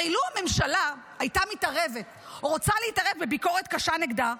הרי לו הממשלה הייתה מתערבת או רוצה להתערב בביקורת קשה נגדה,